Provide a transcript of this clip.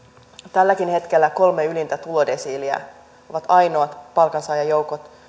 tälläkin hetkellä kolme ylintä tulodesiiliä ovat ainoat palkansaajajoukot